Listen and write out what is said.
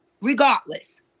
regardless